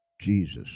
Jesus